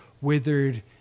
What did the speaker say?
withered